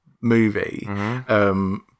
movie